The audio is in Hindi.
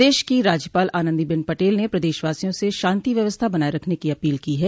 प्रदेश की राज्यपाल आनन्दीबेन पटेल ने प्रदेशवासियों से शांति व्यवस्था बनाये रखने की अपील की है